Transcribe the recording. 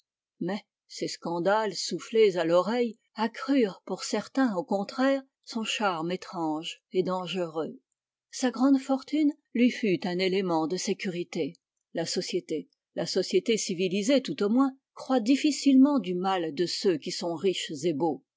mais ces scandales soufflés à l'oreille accrurent pour certains au contraire son charme étrange et dangereux sa grande fortune lui fut un élément de sécurité la société la société civilisée tout au moins croit difficilement du mal de ceux qui sont riches et beaux